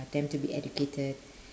them to be educated